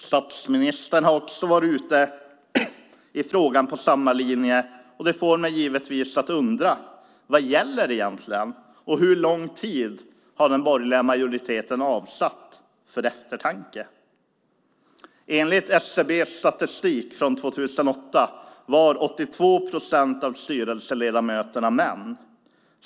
Statsministern har också varit ute i frågan på samma linje. Det får mig givetvis att undra: Vad gäller egentligen, och hur lång tid har den borgerliga majoriteten avsatt för eftertanke? Enligt SCB:s statistik från 2008 var 82 procent av styrelseledamöterna män.